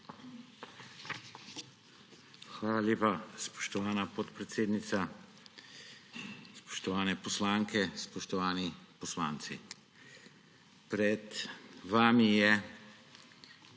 Hvala lepa, spoštovana podpredsednica. Spoštovane poslanke, spoštovani poslanci! Pred vami je